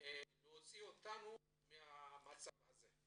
כאחראי בראש ובראשונה להוציא אותנו מהמצב הזה,